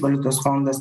valiutos fondas